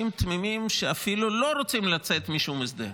תמימים שאפילו לא רוצים לצאת משום הסדר,